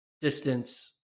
distance